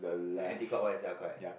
anti clockwise ya correct